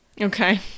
Okay